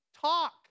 talk